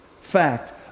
Fact